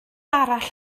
arall